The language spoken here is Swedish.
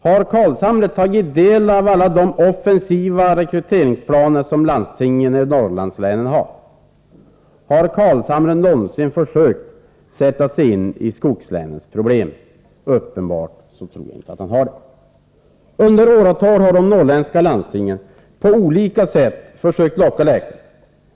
Har Carlshamre tagit del av alla de offensiva rekryteringsplaner som landstingen i Norrlandslänen har? Har Carlshamre någonsin försökt sätta sig in i skogslänens problem? Uppenbarligen inte. I åratal har de norrländska landstingen på olika sätt försökt locka läkare.